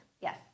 Yes